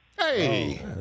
Hey